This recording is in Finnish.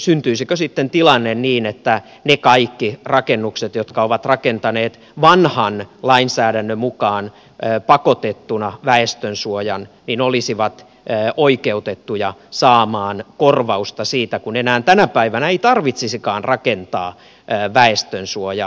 syntyisikö sitten sellainen tilanne että ne kaikki jotka ovat rakentaneet vanhan lainsäädännön mukaan pakotettuna väestönsuojan olisivat oikeutettuja saamaan korvausta siitä kun enää tänä päivänä ei tarvitsisikaan rakentaa väestönsuojaa